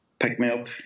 pick-me-up